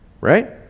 right